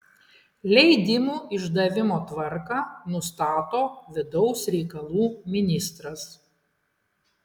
leidimų išdavimo tvarką nustato vidaus reikalų ministras